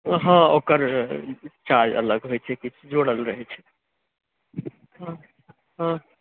ओ हँ ओकर चार्ज अलग होइत छै किछु जोड़ल रहैत छै हँ हँ